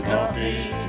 Coffee